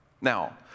Now